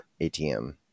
ATM